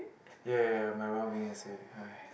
ya ya ya my well being as in haiz